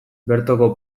bertoko